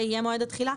זה יהיה מועד התחילה,